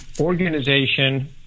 organization